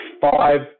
five